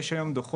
היום מדינת ישראל